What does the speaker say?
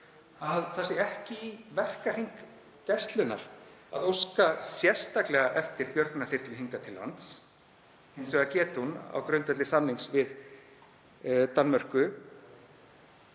að það sé ekki í verkahring Gæslunnar að óska sérstaklega eftir björgunarþyrlu hingað til lands. Hins vegar geti hún á grundvelli samnings við Danmörku